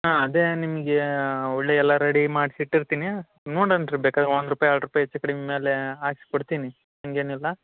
ಹಾಂ ಅದೇ ನಿಮಗೆ ಒಳ್ಳೆಯ ಎಲ್ಲ ರೆಡಿ ಮಾಡ್ಸಿ ಇಟ್ಟಿರ್ತೀನಿ ನೋಡಿ ಏನು ರೀ ಬೇಕಾದ್ರೆ ಒಂದು ರೂಪಾಯಿ ಎರಡು ರೂಪಾಯಿ ಹೆಚ್ಚು ಕಡಿಮೆ ಮೇಲೆ ಹಾಕ್ಸಿ ಕೊಡ್ತೀನಿ ಹಂಗೇನಿಲ್ಲ